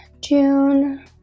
June